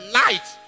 light